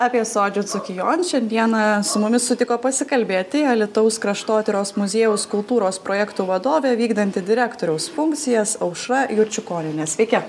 apie sodžių dzūkijoj šiandieną su mumis sutiko pasikalbėti alytaus kraštotyros muziejaus kultūros projektų vadovė vykdanti direktoriaus funkcijas aušra jurčiukonienė sveiki